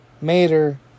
Mater